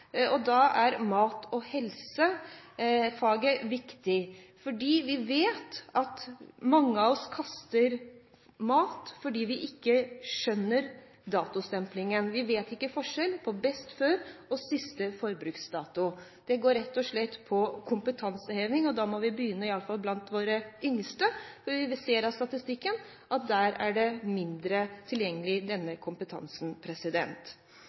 mindre. Da er mat- og helsefaget viktig. Vi vet at mange av oss kaster mat fordi vi ikke skjønner datostemplingen. Vi vet ikke forskjell på «best før» og «siste forbruksdato». Det går rett og slett på kompetanseheving, og da må vi iallfall begynne blant våre yngste. Vi ser av statistikken at der er denne kompetansen mindre tilgjengelig.